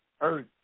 earth